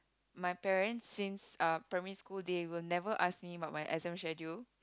my parents since uh primary school day will never ask me about my exam schedule